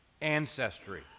ancestry